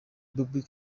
bobbi